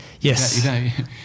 Yes